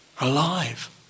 alive